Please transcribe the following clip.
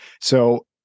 So-